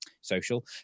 social